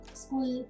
school